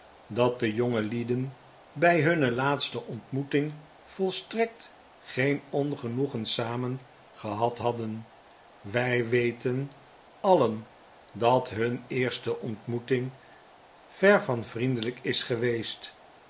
dat de jongelieden by hunne laatste ontmoeting volstrekt geen ongenoegen samen gehad hadden wy weten alien dat hunne eerste ontmoeting ver van vriendelyk is geweest